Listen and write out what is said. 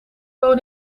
wonen